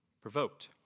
provoked